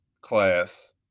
class